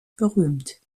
berühmt